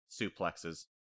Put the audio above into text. Suplexes